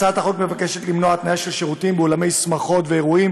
הצעת החוק מבקשת למנוע התניה של שירותים באולמי שמחות ואירועים